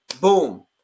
boom